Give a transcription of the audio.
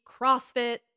CrossFit